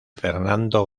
fernando